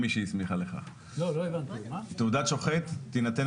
במקום "ציון שמו של נותן תעודת ההכשר" יבוא